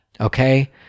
Okay